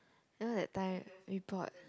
so that time we bought